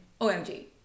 OMG